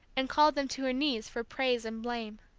and called them to her knees for praise and blame.